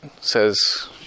says